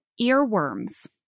earworms